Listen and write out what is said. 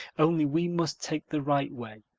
only we must take the right way.